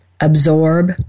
absorb